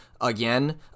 again